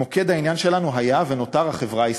מוקד העניין שלנו היה ונותר החברה הישראלית,